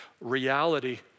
reality